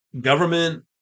government